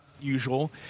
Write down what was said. usual